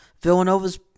Villanova's